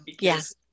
Yes